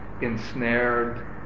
ensnared